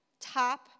Top